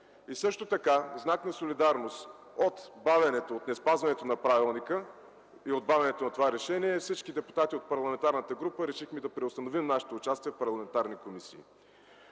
Сидеров. В знак на солидарност от бавенето, от неспазването на правилника и от бавенето на това решение, всички депутати от парламентарната група решихме да преустановим нашето участие в парламентарни комисии.